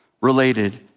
related